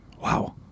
wow